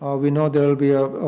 we know that will be a